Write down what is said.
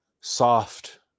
soft